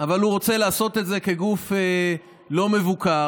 אבל הוא רוצה לעשות את זה כגוף לא מבוקר.